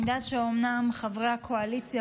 אני יודעת שאומנם חברי הקואליציה,